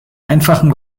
einfachen